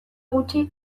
gutxi